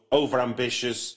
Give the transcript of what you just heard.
over-ambitious